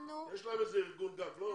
יש להם איזה ארגון גג, לא?